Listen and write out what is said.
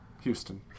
Houston